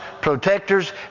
protectors